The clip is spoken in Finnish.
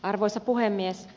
arvoisa puhemies